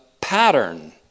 pattern